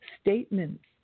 statements